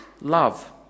love